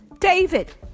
David